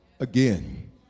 again